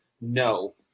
no